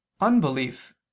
Unbelief